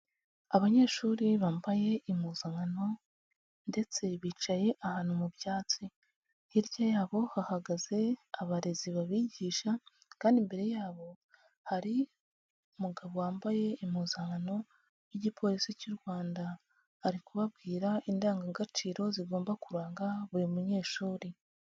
Abanyeshuri bambaye impuzankano ndetse bicaye ahantu mu byatsi, hirya yabo hahagaze abarezi babigisha kandi imbere yabo hari umugabo wambaye impuzankano y'igipolisi cy'u Rwanda, ari kubabwira indangagaciro zigomba kuranga buri munyeshuri.